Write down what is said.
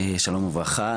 שלום וברכה.